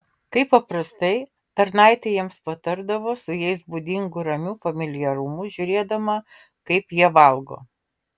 kaip paprastai tarnaitė jiems patarnavo su jai būdingu ramiu familiarumu žiūrėdama kaip jie valgo